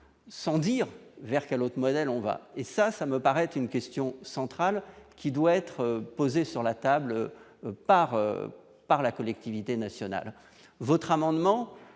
sans dire vers quel autre modèle on va et ça, ça me paraît être une question centrale qui doit être posée sur la table par par la collectivité nationale votre amendement